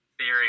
theory